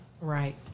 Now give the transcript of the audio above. Right